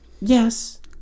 Yes